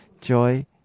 joy